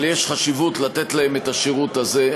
אבל יש חשיבות לתת להם את השירות הזה.